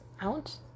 Out